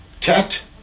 Tet